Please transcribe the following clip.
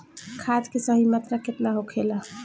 खाद्य के सही मात्रा केतना होखेला?